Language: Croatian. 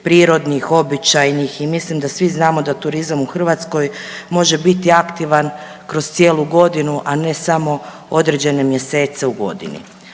prirodnih, običajnih i mislim da svi znamo da turizam u Hrvatskoj može biti aktivan kroz cijelu godinu, a ne samo određene mjesece u godini.